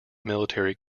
military